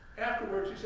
afterwards,